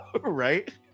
right